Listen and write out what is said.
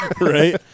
Right